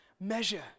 Measure